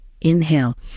Inhale